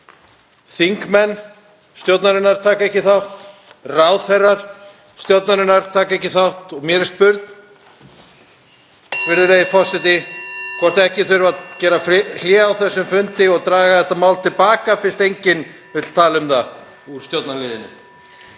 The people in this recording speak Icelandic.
Þingmenn stjórnarinnar taka ekki þátt, ráðherrar stjórnarinnar taka ekki þátt og mér er spurn, virðulegi forseti, hvort ekki þurfi að gera hlé á þessum fundi og draga þetta mál til baka fyrst enginn vill tala um það úr stjórnarliðinu.